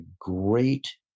great